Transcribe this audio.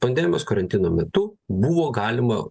pandemijos karantino metu buvo galima